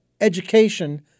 education